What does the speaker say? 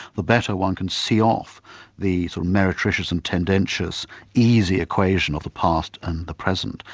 the better one can see off the meretricious and tendentious easy equation of the past and the present.